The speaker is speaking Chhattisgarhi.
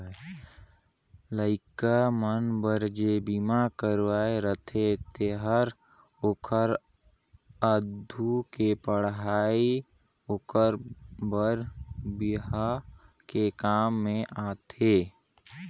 लइका मन बर जे बिमा करवाये रथें तेहर ओखर आघु के पढ़ई ओखर बर बिहा के काम में आथे